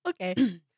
Okay